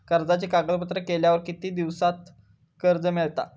कर्जाचे कागदपत्र केल्यावर किती दिवसात कर्ज मिळता?